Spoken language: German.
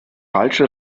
falsche